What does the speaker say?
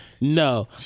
no